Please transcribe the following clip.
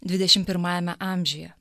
dvidešimt pirmajame amžiuje